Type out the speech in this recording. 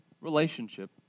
relationship